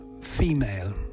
female